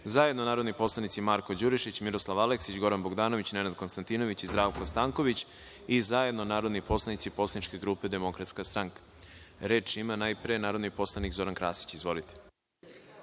zajedno narodni poslanici Marko Đurišić, Miroslav Aleksić, Goran Bogdanović, Nenad Konstantinović i Zdravko Stanković, i zajedno narodni poslanici Poslaničke grupe Demokratska stranka. Reč ima, najpre, narodni poslanik Zoran Krasić. Izvolite.